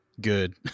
Good